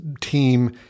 team